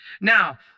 Now